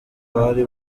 bari